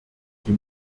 die